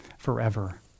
Forever